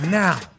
now